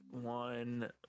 one